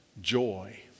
joy